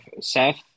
Seth